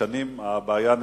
שנים הבעיה נסחבה,